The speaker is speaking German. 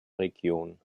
region